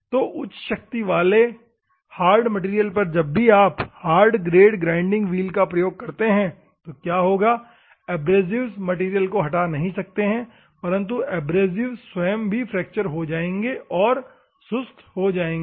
तो उच्च शक्ति वाले हार्ड मैटेरियल पर जब कभी भी आप हार्ड ग्रेड ग्राइंडिंग व्हील का प्रयोग करते हैं तो क्या होगा एब्रसिव्स मैटेरियल को हटा नहीं सकते हैं परन्तु एब्रसिव्स स्वयं भी फ्रैक्चर हो जाएंगे और सुस्त हो जाएंगे